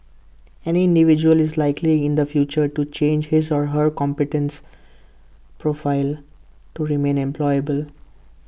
any individual is likely in the future to change his or her competence profile to remain employable